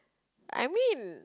I mean